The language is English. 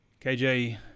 KJ